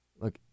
Look